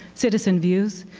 citizen views,